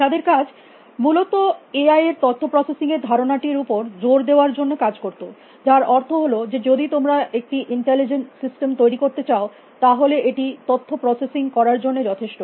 তাদের কাজ মূলত এ আই এর তথ্য প্রসেসিং এর ধারণাটির উপর জোর দেওয়ার জন্য কাজ করত যার অর্থ হল যে যদি তোমরা একটি ইন্টেলিজেন্ট সিস্টেম তৈরী করতে চাও তাহলে এটি তথ্য প্রসেসিং করার জন্য যথেষ্ট